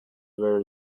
very